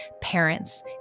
parents